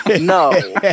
No